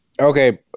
Okay